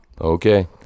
Okay